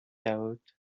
out